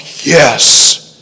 yes